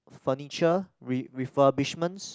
furniture re~ refurbishment